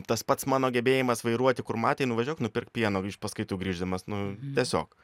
tas pats mano gebėjimas vairuoti kur matai nuvažiuok nupirk pieno iš paskaitų grįždamas nu tiesiog